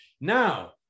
Now